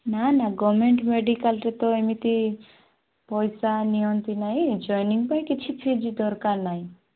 ନା ନା ଗଭରମେଣ୍ଟ୍ ମେଡିକାଲ୍ରେ ତ ଏମିତି ପଇସା ନିଅନ୍ତି ନାହିଁ ଜଏନିଙ୍ଗ୍ ପାଇଁ କିଛି ଫିସ୍ ଦରକାର ନାହିଁ